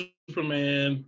Superman